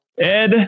ed